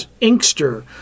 Inkster